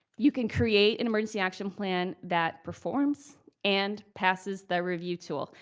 you can create an emergency action plan that performs and passes the review tool.